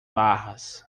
barras